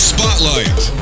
Spotlight